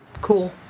Cool